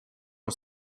was